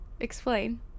Explain